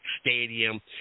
stadium